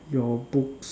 your books